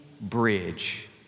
bridge